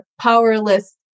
powerless